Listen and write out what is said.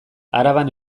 araban